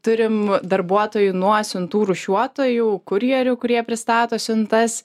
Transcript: turim darbuotojų nuo siuntų rūšiuotojų kurjerių kurie pristato siuntas